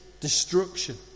destruction